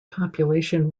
population